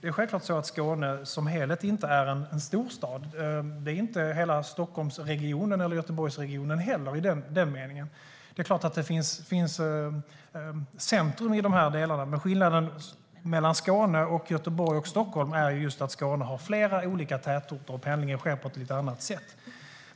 Självklart är Skåne som helhet inte en storstad. Det är inte hela Stockholms eller Göteborgsregionen heller. Det är klart att det finns centrum i de här delarna, men skillnaden mellan Skåne, Göteborg och Stockholm är att Skåne har flera olika tätorter och att pendlingen sker på ett lite annat sätt.